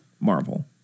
Marvel